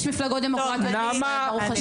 יש מפלגות דמוקרטיות בישראל ברוך השם.